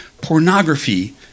Pornography